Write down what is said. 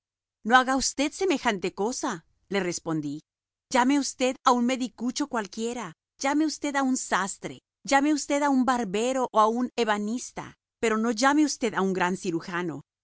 no haga usted semejante cosa le respondí llame usted a un medicucho cualquiera llame usted a un sastre llame usted a un barbero o a un ebanista pero no llame usted a un gran cirujano